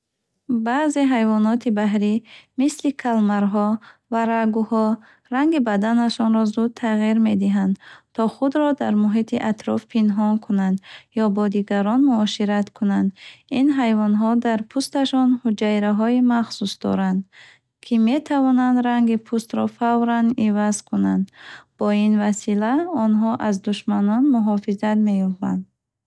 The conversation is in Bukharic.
Баъзе ҳайвоноти баҳрӣ, мисли калмарҳо ва рагуҳо, ранги баданашонро зуд тағйир медиҳанд, то худро дар муҳити атроф пинҳон кунанд ё бо дигарон муошират кунанд. Ин ҳайвонҳо дар пӯсташон ҳуҷайраҳои махсус доранд, ки метавонанд ранги пӯстро фавран иваз кунанд. Бо ин васила, онҳо аз душманон муҳофизат меёбанд.